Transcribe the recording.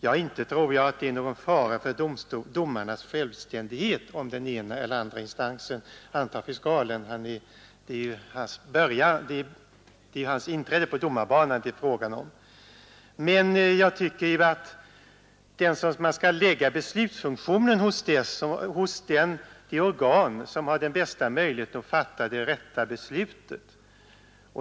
Ja, inte tror jag att det innebär någon fara för domarnas självständighet att den ena eller andra instansen antar fiskalen; det är ju deras inträde på domarbanan det är fråga om. Men jag tycker att man skall lägga beslutsfunktionen hos det organ som har den bästa möjligheten att fatta det rätta beslutet.